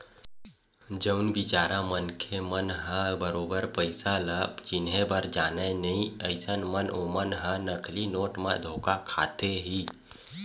जउन बिचारा मनखे मन ह बरोबर पइसा ल चिनहे बर जानय नइ अइसन म ओमन ह नकली नोट म धोखा खाथे ही